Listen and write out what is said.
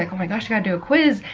like oh my gosh, i've gotta do a quiz.